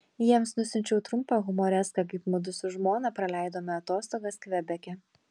jiems nusiunčiau trumpą humoreską kaip mudu su žmona praleidome atostogas kvebeke